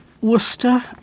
Worcester